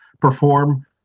perform